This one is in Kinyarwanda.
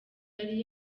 yari